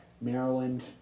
Maryland